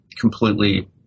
completely